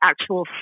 actual